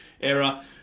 era